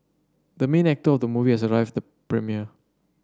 the main actor of the movie has arrived at the premiere